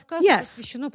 Yes